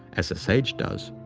as a sage does,